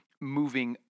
moving